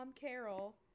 Carol